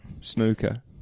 Snooker